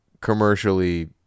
commercially